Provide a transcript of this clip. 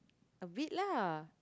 a bit lah